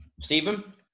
Stephen